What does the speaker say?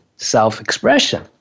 self-expression